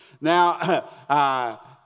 Now